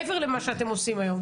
מעבר למה שאתם עושים היום?